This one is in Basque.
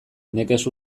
nekez